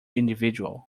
individual